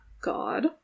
God